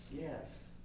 Yes